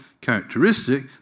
characteristic